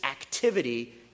activity